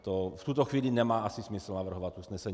V tuto chvíli nemá asi smysl navrhovat usnesení.